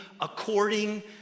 according